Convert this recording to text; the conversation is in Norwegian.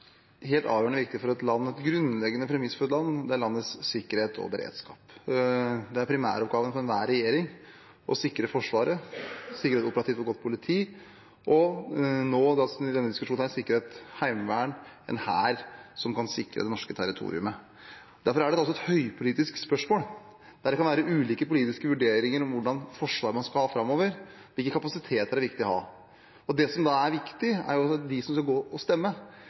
landets sikkerhet og beredskap. Det er primæroppgaven for enhver regjering å sikre Forsvaret, sikre et operativt og godt politi og nå i denne situasjonen sikre et heimevern og en hær som kan sikre det norske territoriet. Derfor er det et høypolitisk spørsmål, der det kan være ulike politiske vurderinger av hva slags forsvar man skal ha framover, hvilke kapasiteter det er viktig å ha. Det som da er viktig, er at de som skal gå og stemme,